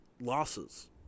losses